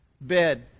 bed